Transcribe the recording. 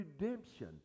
redemption